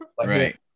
right